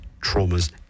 traumas